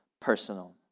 personal